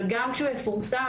אבל גם כשהוא יפורסם,